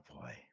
boy